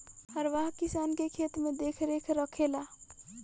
हरवाह किसान के खेत के देखरेख रखेला